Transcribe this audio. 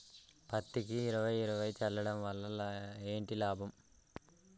పత్తికి ఇరవై ఇరవై చల్లడం వల్ల ఏంటి లాభం?